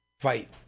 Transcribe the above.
fight